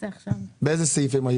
באילו סעיפים?